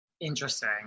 Interesting